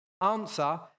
Answer